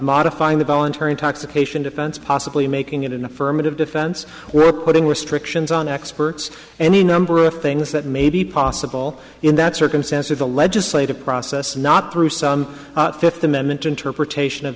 modifying the voluntary intoxication defense possibly making it an affirmative defense we're putting restrictions on experts any number things that may be possible in that circumstance or the legislative process not through some fifth amendment interpretation of